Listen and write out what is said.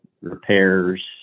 repairs